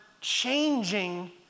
changing